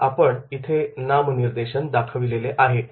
आता इथे आपल्याला नामनिर्देशन दाखवलेले आहे